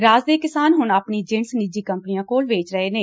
ਰਾਜ ਦੇ ਕਿਸਾਨ ਹੁਣ ਆਪਣੀ ਜਿਣਸ ਨਿਜੀ ਕੰਪਨੀਆਂ ਕੋਲ ਵੇਚ ਰਹੇ ਨੇ